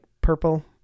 purple